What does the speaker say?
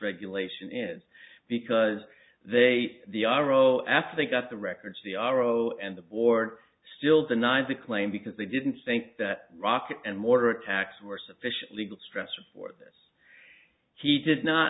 regulation is because they the r o f they got the records the r o and the board still denies the claim because they didn't think that rocket and mortar attacks were sufficient legal stress or for this he did not